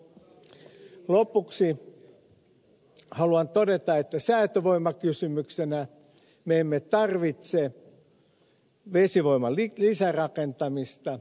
lopuksi haluan todeta että säätövoimakysymyksenä me emme tarvitse vesivoiman lisärakentamista